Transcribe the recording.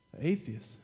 atheist